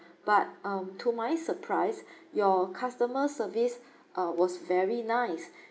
but um to my surprise your customer service uh was very nice